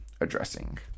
addressing